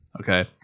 Okay